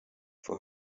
for